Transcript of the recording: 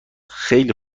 خیلی